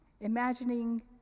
imagining